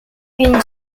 une